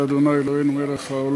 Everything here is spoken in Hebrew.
מתנגדים, אין נמנעים.